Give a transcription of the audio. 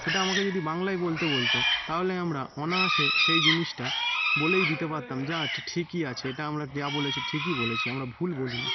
সেটা আমাকে যদি বাংলায় বলতে বলত তাহলে আমরা অনায়াসে সেই জিনিসটা বলেই দিতে পারতাম যা আচ্ছা ঠিকই আছে এটা আমরা যা বলেছি ঠিকই বলেছি আমরা ভুল বলিনি